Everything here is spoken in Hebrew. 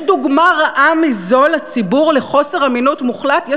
יש דוגמה רעה מזו לציבור לחוסר אמינות מוחלט?